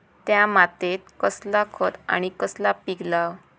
त्या मात्येत कसला खत आणि कसला पीक लाव?